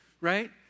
right